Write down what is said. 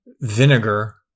vinegar